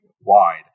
wide